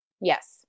Yes